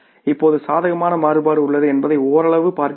இப்போது சாதகமான மாறுபாடு உள்ளது என்பதை ஓரளவு பார்க்கிறோம்